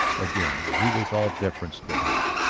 again he was all deference to her.